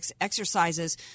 exercises